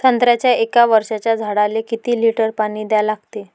संत्र्याच्या एक वर्षाच्या झाडाले किती लिटर पाणी द्या लागते?